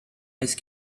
ice